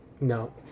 No